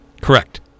Correct